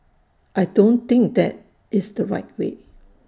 I don't think that is the right way